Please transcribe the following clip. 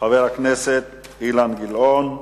חבר הכנסת אילן גילאון,